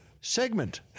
segment